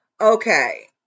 Okay